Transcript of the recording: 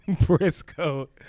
Briscoe